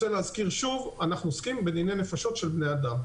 אני רוצה להזכיר שוב שאנחנו עוסקים בדיני נפשות של בני אדם,